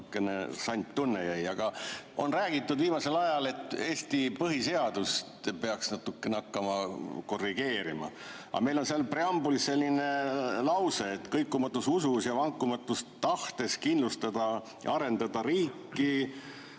sant tunne jäi. On räägitud viimasel ajal, et Eesti põhiseadust peaks natukene hakkama korrigeerima. Aga meil on seal preambulis selline lause, et kõikumatus usus ja vankumatus tahtes kindlustada ja arendada riiki